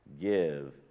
give